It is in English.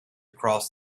cross